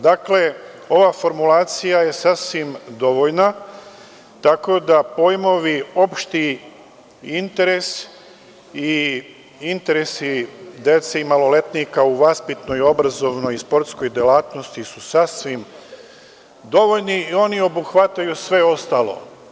Dakle, ova formulacija je sasvim dovoljna, tako da pojmoviopšti interes i interesi dece i maloletnika u vaspitnoj, obrazovnoj i sportskoj delatnosti su sasvim dovoljni i oni obuhvataju sve ostalo.